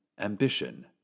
Ambition